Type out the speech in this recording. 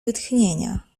wytchnienia